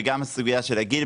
וגם הסוגייה של הגיל,